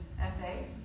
essay